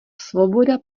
svoboda